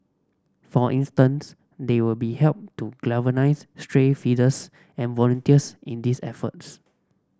for instance they will be help to galvanise stray feeders and volunteers in these efforts